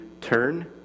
turn